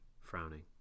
frowning